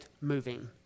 moving